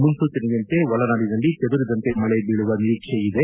ಮುನ್ಸೂಚನೆಯಂತೆ ಒಳನಾಡಿನಲ್ಲಿ ಚದುರಿದಂತೆ ಮಳೆ ಬೀಳುವ ನಿರೀಕ್ಷೆ ಇದೆ